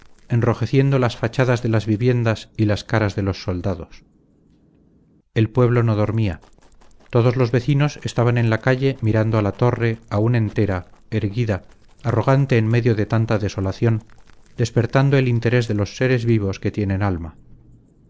enrojeciendo las fachadas de las viviendas y las caras de los soldados el pueblo no dormía todos los vecinos estaban en la calle mirando a la torre aún entera erguida arrogante en medio de tanta desolación despertando el interés de los seres vivos que tienen alma